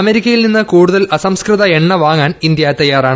അമേരിക്കയിൽ നിന്ന് കൂടുതൽ അസംസ്കൃത എണ്ണ വാങ്ങാൻ ഇന്ത്യ തയ്യാറാണ്